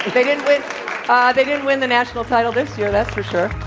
they didn't win ah they didn't win the national title this year. that's for sure.